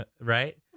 Right